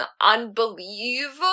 unbelievable